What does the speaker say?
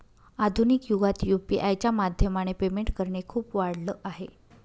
आधुनिक युगात यु.पी.आय च्या माध्यमाने पेमेंट करणे खूप वाढल आहे